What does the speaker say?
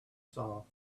saw